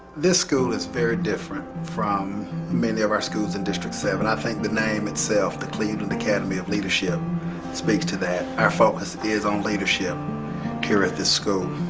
this school is very different from many of our schools in district seven, i think the name itself, the cleveland academy of leadership speaks to that. our focus is on leadership here at this school.